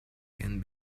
can